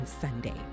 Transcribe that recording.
Sunday